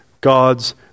God's